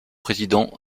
président